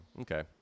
Okay